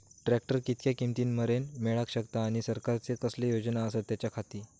Tractor कितक्या किमती मरेन मेळाक शकता आनी सरकारचे कसले योजना आसत त्याच्याखाती?